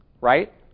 Right